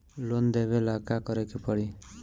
Loan लेबे ला का करे के पड़ी?